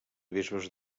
bisbes